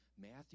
Matthew